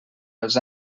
els